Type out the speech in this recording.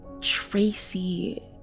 Tracy